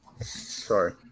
sorry